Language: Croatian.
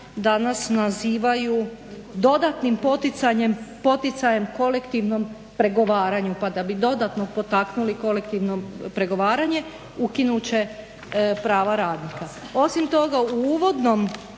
danas nazivaju dodatnim poticajem kolektivnom pregovaranju. Pa da bi dodatno potaknuli kolektivno pregovaranje ukinut će prava radnika. Osim toga u uvodnom